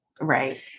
Right